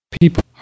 people